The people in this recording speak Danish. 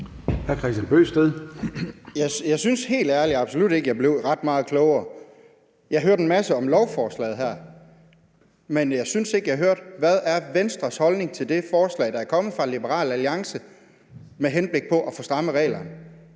Jeg synes helt ærligt absolut ikke, jeg blev ret meget klogere. Jeg hørte en masse om lovforslaget her, men jeg synes ikke, jeg hørte, hvad Venstres holdning er til det forslag, der er kommet fra Liberal Alliance med henblik på at få strammet reglerne.